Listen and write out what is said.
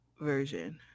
version